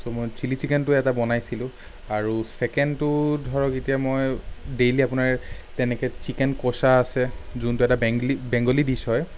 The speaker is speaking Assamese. ত' মই ছিলি চিকেনটো এটা বনাইছিলোঁ আৰু ছেকেণ্ডটো ধৰক এতিয়া মই ডেইলী আপোনাৰ তেনেকে চিকেন ক'চা আছে যোনটো এটা বেংলী বেংগুলী ডিছ হয়